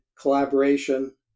collaboration